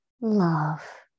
love